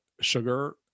sugar